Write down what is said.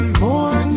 more